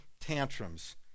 tantrums